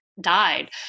died